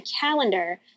calendar